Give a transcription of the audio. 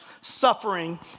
Suffering